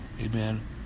amen